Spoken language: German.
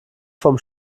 vom